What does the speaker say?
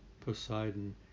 Poseidon